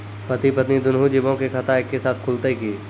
पति पत्नी दुनहु जीबो के खाता एक्के साथै खुलते की?